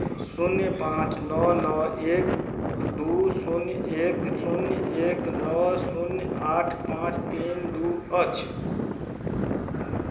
शून्य पाँच नओ नओ एक दू शून्य एक शून्य एक नओ शून्य आठ पाँच तीन दू अछि